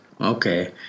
Okay